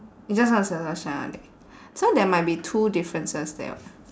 you just gonna circle shine all day so there might be two differences there [what]